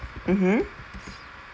mmhmm